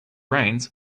rains